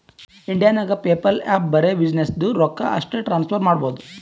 India ನಾಗ್ PayPal app ಬರೆ ಬಿಸಿನ್ನೆಸ್ದು ರೊಕ್ಕಾ ಅಷ್ಟೇ ಟ್ರಾನ್ಸಫರ್ ಮಾಡಬೋದು